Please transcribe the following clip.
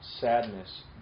sadness